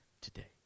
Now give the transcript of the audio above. today